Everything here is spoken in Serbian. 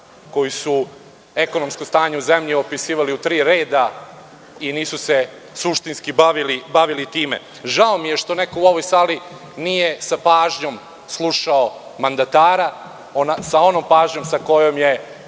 koji su ekonomsko stanje u zemlji opisivali u tri reda i nisu se suštinski bavili time. Žao mi je što neko u ovoj sali nije sa pažnjom slušao mandatara, sa onom pažnjom sa kojom su